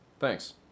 Thanks